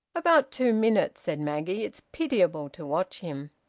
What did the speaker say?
about two minutes, said maggie. it's pitiable to watch him.